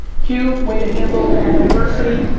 q, way to handle that adversity.